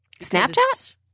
Snapchat